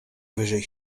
wyżej